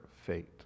fate